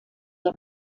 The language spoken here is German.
der